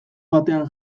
batean